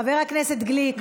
חבר הכנסת גליק.